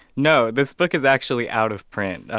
no. this book is actually out of print.